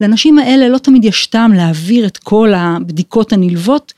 לאנשים האלה לא תמיד יש טעם להעביר את כל הבדיקות הנלוות.